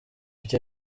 icyo